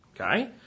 okay